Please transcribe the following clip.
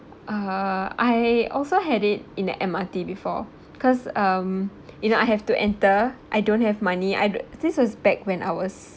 uh I also had it in the M_R_T before because um you know I have to enter I don't have money I this was back when I was